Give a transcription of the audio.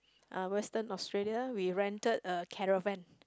uh western Australia we rented a caravan